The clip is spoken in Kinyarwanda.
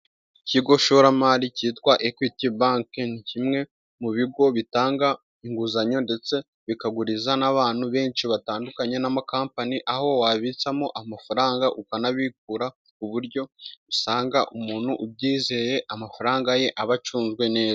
Ikigo shoramari cyitwa equity bank ni kimwe mu bigo bitanga inguzanyo, ndetse bikaguriza n'abantu benshi batandukanye, n'amakompani, aho wabitsamo amafaranga, ukanabikura ku buryo usanga umuntu ubyizeye amafaranga ye aba acunzwe neza.